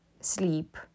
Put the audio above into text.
sleep